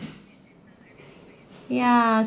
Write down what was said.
ya